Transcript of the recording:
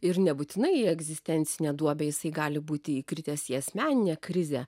ir nebūtinai į egzistencinę duobę jisai gali būti įkritęs į asmeninę krizę